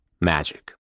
magic